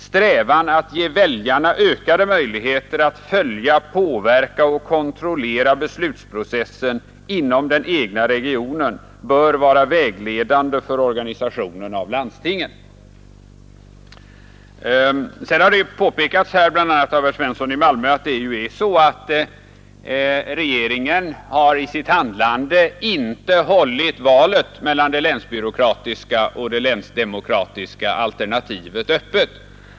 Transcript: Strävan att ge väljarna ökade möjligheter att följa, påverka och kontrollera beslutsprocessen inom den egna regionen bör vara vägledande för organisationen av landstingen.” Sedan har det påpekats, bl.a. av herr Svensson i Malmö, att regeringen i sitt handlande inte har hållit valet mellan det länsbyråkratiska och det länsdemokratiska alternativet öppet.